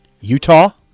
Utah